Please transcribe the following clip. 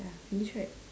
ya finish right